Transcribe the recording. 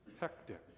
hectic